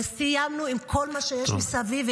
וסיימנו עם כל מה שיש מסביב -- תודה.